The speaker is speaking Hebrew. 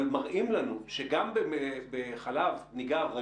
אבל מראים לנו שגם בחלב ניגר,